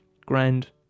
Grand